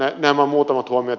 tässä nämä muutamat huomiot